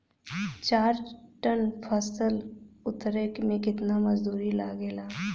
चार टन फसल उतारे में कितना मजदूरी लागेला?